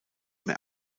mehr